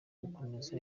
gukomeza